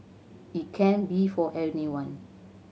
it can be for anyone